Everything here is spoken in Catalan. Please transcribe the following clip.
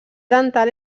dental